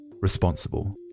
responsible